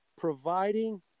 providing